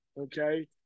Okay